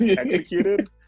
executed